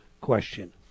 question